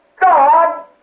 God